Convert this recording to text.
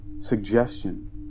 Suggestion